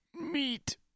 Meat